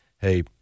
Hey